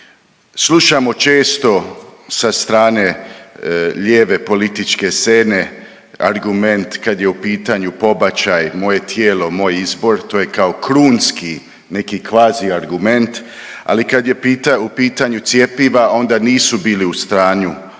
Slušamo često sa strane lijeve političke scene argument kad je u pitanju pobačaj, moje tijelo moj izbor, to je kao krunski neki kvazi argument ali kad je u pitanju cjepiva onda nisu bili u stanju to